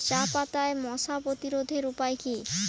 চাপাতায় মশা প্রতিরোধের উপায় কি?